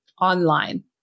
online